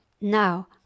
Now